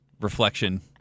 Reflection